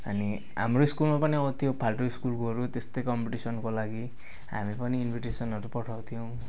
अनि हाम्रो स्कुलमा पनि अब त्यो फाल्टु स्कुलकोहरू त्यस्तै कम्पिटिसनको लागि हामी पनि इन्भिटेसनहरू पठाउँथ्यौँ